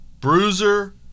bruiser